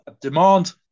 demand